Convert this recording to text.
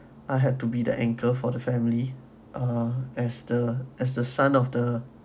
I had to be the anchor for the family uh as the as the son of the